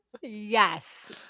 yes